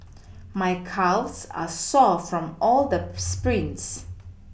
my calves are sore from all the sprints